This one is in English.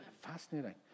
fascinating